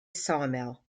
sawmill